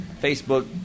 Facebook